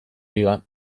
liga